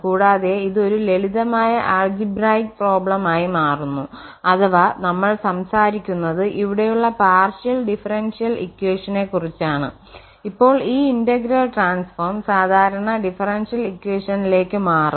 കൂടാതെ ഇത് ഒരു ലളിതമായ ആൾജിബ്രായിക് പ്രോബ്ലം ആയി മാറുന്നു അഥവാ നമ്മൾ സംസാരിക്കുന്നത് അവിടെയുള്ള പാർഷ്യൽ ഡിഫറൻഷ്യൽ ഇക്വഷനെ കുറിച്ചാണ് അപ്പോൾ ഈ ഇന്റഗ്രൽ ട്രാൻസ്ഫോം സാധാരണ ഡിഫറൻഷ്യൽ ഇക്വഷനിലേക്ക് മാറും